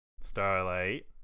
Starlight